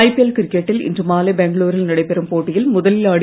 IPL கிரிக்கெட்டில் இன்று மாலை பெங்களூரில் நடைபெறும் போட்டியில் முதலில் ஆடிய